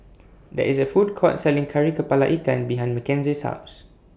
There IS A Food Court Selling Kari Kepala Ikan behind Mckenzie's House